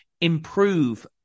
improve